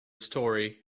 story